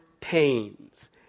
pains